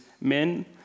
men